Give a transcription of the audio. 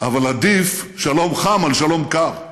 אבל עדיף שלום חם על שלום קר,